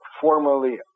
formerly